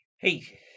Hey